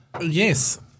Yes